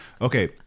Okay